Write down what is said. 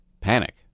panic